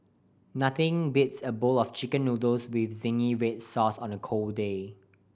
nothing beats a bowl of Chicken Noodles with zingy red sauce on a cold day